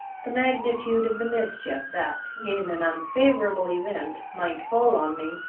the magnitude of the mischief that, in an unfavourable event, might fall on me,